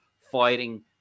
fighting